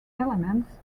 elements